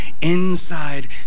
inside